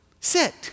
Sit